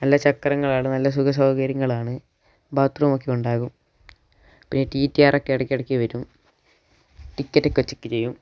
നല്ല ചക്രങ്ങളാണ് നല്ല സുഖ സൗകര്യങ്ങളാണ് ബാത്റൂമൊക്കെ ഉണ്ടാകും പിന്നെ ടിടിആറെക്കെ ഇടക്കിടയ്ക്ക് വരും ടിക്കറ്റൊക്കെ ചെക്ക് ചെയ്യും